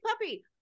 puppy